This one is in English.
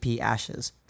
Ashes